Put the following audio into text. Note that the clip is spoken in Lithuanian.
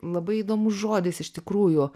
labai įdomus žodis iš tikrųjų